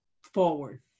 forward